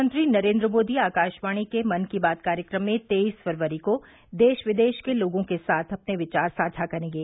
प्रधानमंत्री नरेन्द्र मोदी आकाशवाणी के मन की बात कार्यक्रम में तेईस फरवरी को देश विदेश के लोगों के साथ अपने विचार साझा करेंगे